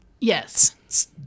Yes